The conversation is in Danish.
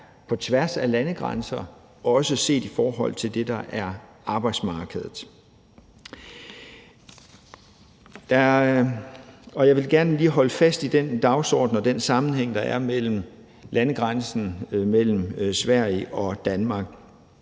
på tværs af landegrænser, også set i forhold til arbejdsmarkedet. Jeg vil gerne lige holde fast i den dagsorden, der er om landegrænsen mellem Sverige og Danmark